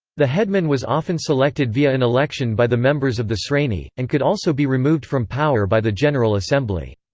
the headman was often selected via an election by the members of the sreni, and could also be removed from power by the general assembly.